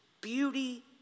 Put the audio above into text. Beauty